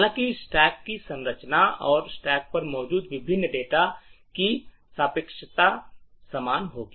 हालांकि स्टैक की संरचना और स्टैक पर मौजूद विभिन्न डेटा की सापेक्षता समान होगी